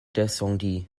descendit